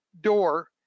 door